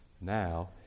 Now